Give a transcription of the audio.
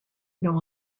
noah